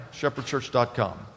ShepherdChurch.com